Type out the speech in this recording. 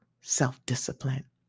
self-discipline